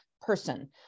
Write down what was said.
person